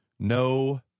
No